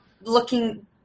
looking